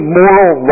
moral